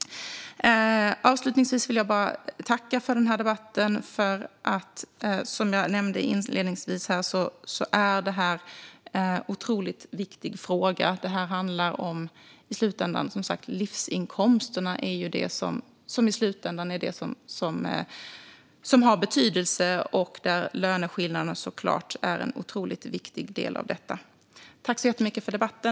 Avslutningsvis vill jag bara tacka för debatten. Det här är som jag sa inledningsvis en mycket viktig fråga. Det handlar i slutändan om livsinkomsten, och där är löneskillnaderna en otroligt viktig del. Tack så jättemycket för debatten!